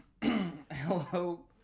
Hello